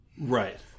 Right